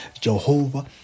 Jehovah